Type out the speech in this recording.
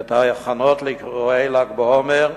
את ההכנות לאירועי ל"ג בעומר.